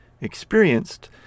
experienced